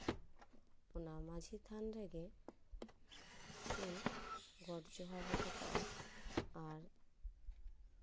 ᱚᱱᱟ ᱢᱟᱺᱡᱷᱤ ᱛᱷᱟᱱ ᱨᱮᱜᱮ ᱠᱤᱱ ᱜᱚᱸᱰ ᱡᱚᱦᱟᱨ ᱦᱚᱴᱚ ᱠᱟᱜᱼᱟ ᱟᱨ